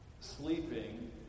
sleeping